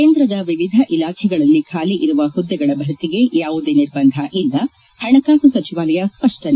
ಕೇಂದ್ರದ ವಿವಿಧ ಇಲಾಖೆಗಳಲ್ಲಿ ಖಾಲಿ ಇರುವ ಹುದ್ದೆಗಳ ಭರ್ತಿಗೆ ಯಾವುದೇ ನಿರ್ಬಂಧ ಇಲ್ಲ ಹಣಕಾಸು ಸಚಿವಾಲಯ ಸ್ಪಷ್ಪನೆ